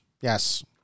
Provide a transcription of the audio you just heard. Yes